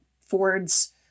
Ford's